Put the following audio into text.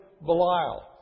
Belial